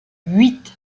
huit